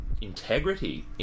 integrity